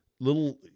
little